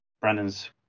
Brandon's